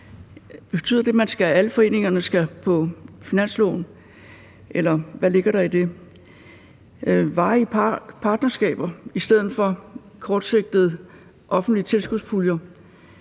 tilskudsrammer, at alle foreningerne skal på finansloven, eller hvad ligger der i det? Så er der det med varige partnerskaber i stedet for kortsigtede offentlige tilskudspuljer.